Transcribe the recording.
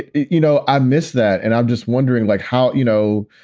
you know, i miss that. and i'm just wondering, like how, you know,